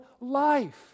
life